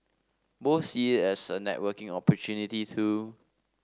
both see it as a networking opportunity too